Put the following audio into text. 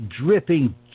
dripping